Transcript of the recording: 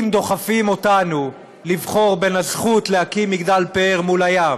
אם דוחפים אותנו לבחור בין הזכות להקים מגדל פאר מול הים